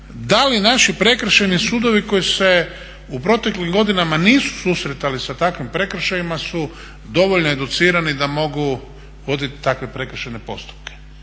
da li naši prekršajni sudovi koji se u proteklim godinama nisu susretali sa takvim prekršajima su dovoljno educirani da mogu voditi takve prekršajne postupke.